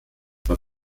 bei